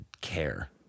care